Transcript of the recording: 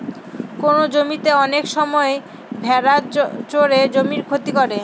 কোনো জমিতে অনেক সময় ভেড়া চড়ে জমির ক্ষতি হয়